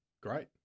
great